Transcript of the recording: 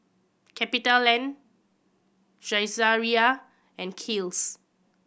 CapitaLand Saizeriya and Kiehl's